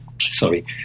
Sorry